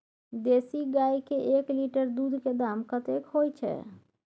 देसी गाय के एक लीटर दूध के दाम कतेक होय छै?